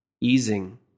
easing